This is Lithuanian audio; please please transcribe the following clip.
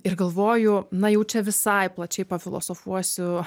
ir galvoju na jau čia visai plačiai pafilosofuosiu